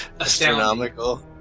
Astronomical